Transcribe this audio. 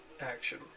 action